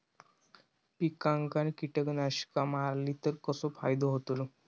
पिकांक कीटकनाशका मारली तर कसो फायदो होतलो?